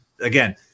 again